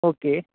okay